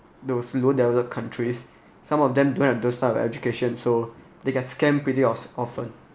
those loan the other countries some of them don't have those type of education so they get scammed pretty of~ often